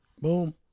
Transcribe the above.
Boom